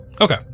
Okay